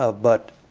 ah but